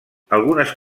algunes